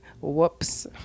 whoops